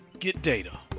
get data.